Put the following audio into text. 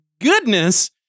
goodness